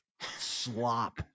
slop